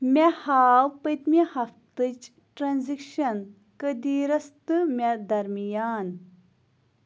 مےٚ ہاو پٔتۍمہِ ہفتٕچ ٹرٛانٛزیکشن قٔدیٖرس تہٕ مےٚ درمیان